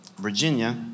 Virginia